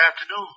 afternoon